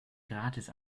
gratis